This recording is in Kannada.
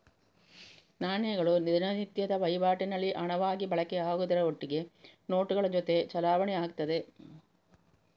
ನಾಣ್ಯಗಳು ದಿನನಿತ್ಯದ ವೈವಾಟಿನಲ್ಲಿ ಹಣವಾಗಿ ಬಳಕೆ ಆಗುದ್ರ ಒಟ್ಟಿಗೆ ನೋಟುಗಳ ಜೊತೆ ಚಲಾವಣೆ ಆಗ್ತದೆ